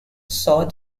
saw